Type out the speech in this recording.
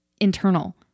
internal